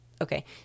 Okay